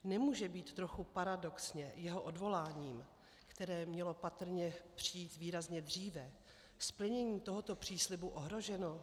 Nemůže být trochu paradoxně jeho odvoláním, které mělo patrně přijít výrazně dříve, splnění tohoto příslibu ohroženo?